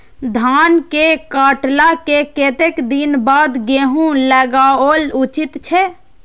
धान के काटला के कतेक दिन बाद गैहूं लागाओल उचित छे?